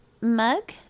mug